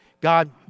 God